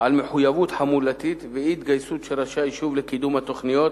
על מחויבות חמולתית ואי-התגייסות של ראשי היישוב לקידום התוכניות